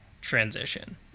transition